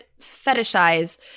fetishize